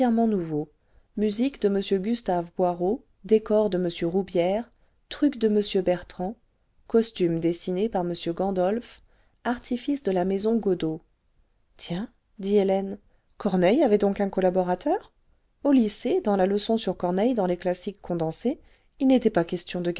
entièrement nouveaux musique de m gustave boirot décors de m eoubières trucs de m bertrand costumes dessinés par m gandolf artifices de la maison godot le serment des horaces tiens dit hélène corneille avait donc un collaborateur au lycée dans la leçon sur corneille dans les classiques condensés il n'était pas question de